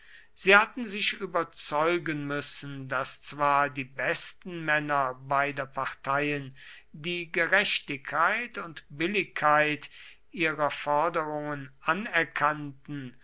sie hatten sich überzeugen müssen daß zwar die besten männer beider parteien die gerechtigkeit und billigkeit ihrer forderungen anerkannten